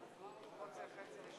הכנסת